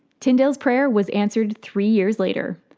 tyndale's prayer was answered three years later.